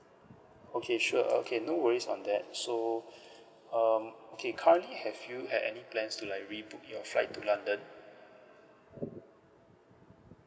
okay sure okay no worries on that so um okay currently have you had any plans to like rebook your flight to london